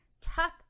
Tough